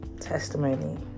Testimony